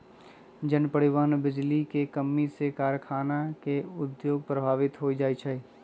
जन, परिवहन, बिजली के कम्मी से कारखाना के उद्योग प्रभावित हो जाइ छै